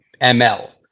ml